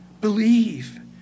believe